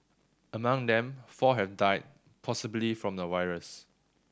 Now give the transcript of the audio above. among them four have died possibly from the virus